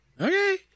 okay